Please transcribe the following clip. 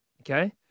Okay